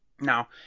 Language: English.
Now